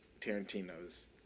tarantino's